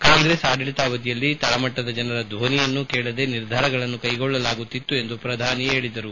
ಕಾಂಗ್ರೆಸ್ ಆಡಳಿತಾವಧಿಯಲ್ಲಿ ತಳಮಟ್ಟದ ಜನರ ಧ್ವನಿಯನ್ನು ಕೇಳದೆ ನಿರ್ಧಾರಗಳನ್ನು ಕೈಗೊಳ್ಳಲಾಗುತ್ತಿತ್ತು ಎಂದು ಪ್ರಧಾನಿ ಹೇಳಿದರು